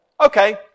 Okay